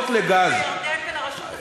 ל"תמר" יש הסכם לירדן ולרשות הפלסטינית,